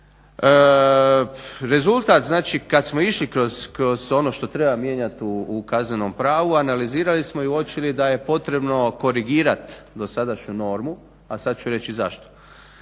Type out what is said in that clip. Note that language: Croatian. Rezultat, znači kad smo išli kroz ono što treba mijenjati u kaznenom pravu analizirali smo i uočili da je potrebno korigirati dosadašnju normu, a sad ću reći i zašto.